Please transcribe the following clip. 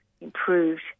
Improved